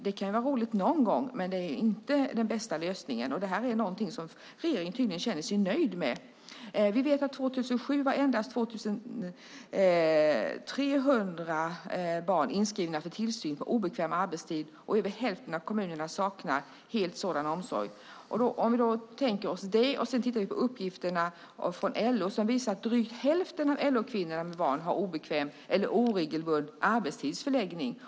Det kan ju vara roligt någon gång, men det är inte den bästa lösningen. Detta är något som regeringen tydligen känner sig nöjd med. År 2007 var endast 2 300 barn inskrivna för tillsyn på obekväm arbetstid. Över hälften av kommunerna saknar helt sådan omsorg. Uppgifter från LO visar att drygt hälften av LO-kvinnorna med barn har oregelbunden arbetstidsförläggning.